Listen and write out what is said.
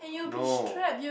no